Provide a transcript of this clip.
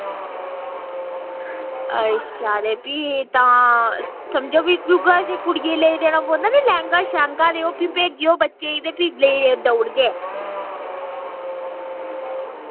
अच्छा ते फ्ही तां समझो फ्ही कुड़ियै गी लेई देने पौंदा नी लैंह्गा शैंह्गा ते ओह् फ्ही भेजेओ बच्चे ते फ्ही लेई देउड़गे